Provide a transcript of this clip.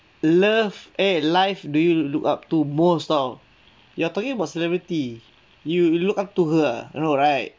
love eh life do you look up to most of all you're talking about celebrity you look up to her ah no right